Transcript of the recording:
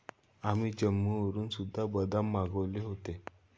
आम्ही जम्मूवरून सुद्धा बदाम मागवले होते